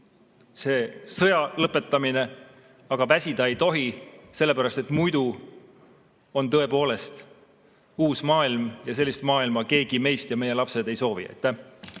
kui sõja lõpetamine, aga väsida ei tohi, sellepärast et muidu on tõepoolest uus maailm ja sellist maailma keegi meist ja meie lastest ei soovi.